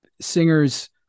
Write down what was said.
singers